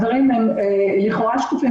הדברים לכאורה שקופים.